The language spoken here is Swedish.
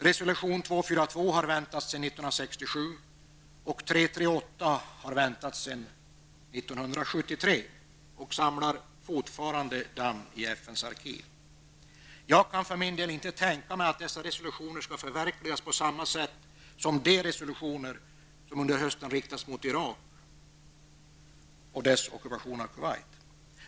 Resolution 242 har väntat sedan 1967 och 338 har väntat sedan 1973. De samlar fortfarande damm i FNs arkiv. Jag kan för min del inte tänka mig att dessa resolutioner skall förverkligas på samma sätt som de resolutioner som under hösten riktats mot Irak för dess ockupation av Kuwait.